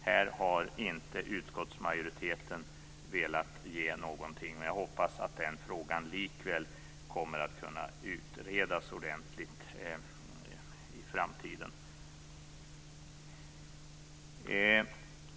Här har utskottsmajoriteten dock inte velat ge någonting. Jag hoppas att den frågan likväl kommer att kunna utredas ordentligt i framtiden.